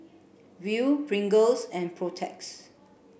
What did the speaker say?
Viu Pringles and Protex